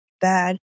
bad